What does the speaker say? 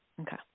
okay